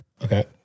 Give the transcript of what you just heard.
Okay